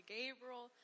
Gabriel